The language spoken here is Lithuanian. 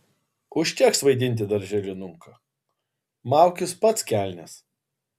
užteks vaidinti darželinuką maukis pats kelnes